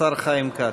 השר חיים כץ.